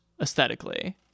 aesthetically